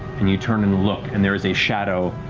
and you turn and look, and there is a shadow.